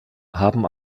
haben